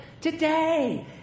today